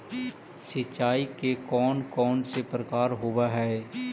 सिंचाई के कौन कौन से प्रकार होब्है?